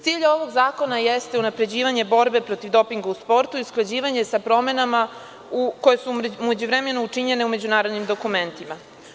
Cilj ovog zakona jeste unapređivanje borbe protiv dopinga u sportu i usklađivanje sa promenama koje su u međuvremenu učinjene u međunarodnim dokumentima.